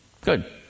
Good